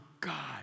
God